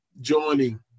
joining